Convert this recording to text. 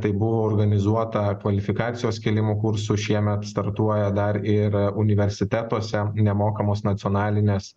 tai buvo organizuota kvalifikacijos kėlimo kursų šiemet startuoja dar ir universitetuose nemokamos nacionalinės